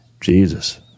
Jesus